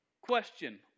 Question